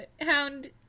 Hound